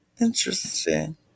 interesting